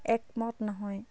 একমত নহয়